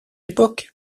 époque